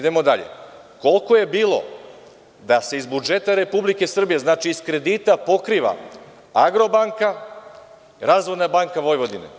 Dalje, koliko je bilo da se iz budžeta Republike Srbije, znači iz kredita, pokriva „Agrobanka“ i „Razvojna banka Vojvodine“